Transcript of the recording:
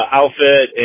outfit